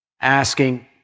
asking